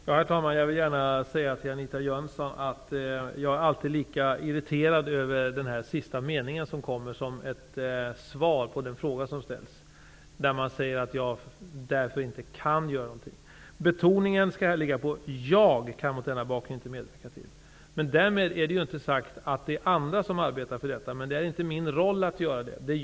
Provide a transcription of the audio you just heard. Herr talman! Jag vill gärna säga till Anita Jönsson att jag alltid blir lika irriterad över den sista meningen som kommer som ett svar på den fråga som ställs. Man säger att jag därför inte kan göra något. Betoningen skall vara: ''Jag kan mot denna bakgrund inte medverka till --.'' Men därmed är det inte sagt att det inte finns andra som arbetar för detta. Men det är inte min roll att göra det.